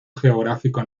geográfico